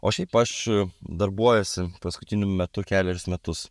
o šiaip aš darbuojuosi paskutiniu metu kelerius metus